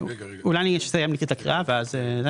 אולי אני אסיים את הקריאה ואז?